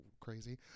crazy